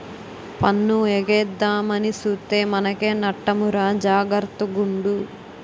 పన్ను ఎగేద్దామని సూత్తే మనకే నట్టమురా జాగర్త గుండు